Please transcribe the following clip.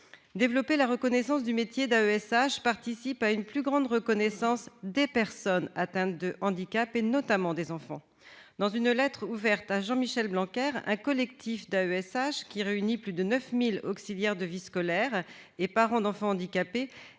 Développer la reconnaissance du métier d'AESH participe d'une plus grande reconnaissance des personnes atteintes de handicap, notamment les enfants. Dans une lettre ouverte à Jean-Michel Blanquer, un collectif d'AESH qui réunit plus de 9 000 auxiliaires de vie scolaire et parents d'enfant handicapé